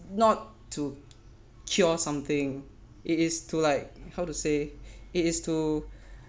not to cure something it is to like how to say it is to